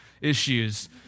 issues